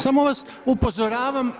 Samo vam upozoravam.